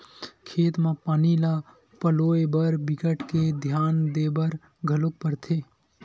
खेत म पानी ल पलोए बर बिकट के धियान देबर घलोक परथे